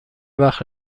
وقت